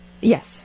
Yes